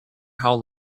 how